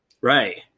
Right